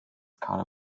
kader